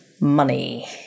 money